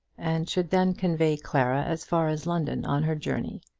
and should then convey clara as far as london on her journey.